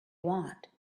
want